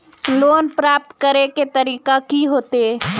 Loan प्राप्त करे के तरीका की होते?